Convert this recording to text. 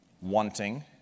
wanting